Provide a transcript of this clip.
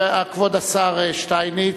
כבוד השר שטייניץ,